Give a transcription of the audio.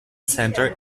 centre